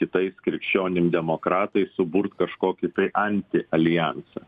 kitais krikščionim demokratais suburt kažkokį tai antialjansą